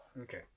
okay